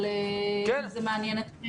אם זה מעניין אתכם.